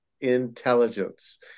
intelligence